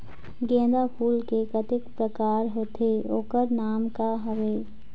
गेंदा फूल के कतेक प्रकार होथे ओकर नाम का हवे?